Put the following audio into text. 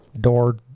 door